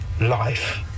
life